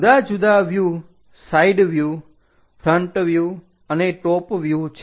જુદા જુદા view side view front view અને ટોપ વ્યુહ છે